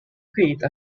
create